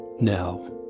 Now